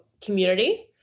community